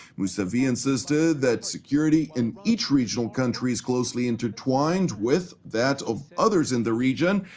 mousavi insisted that security in each regional country is closely intertwined with that of others in the region,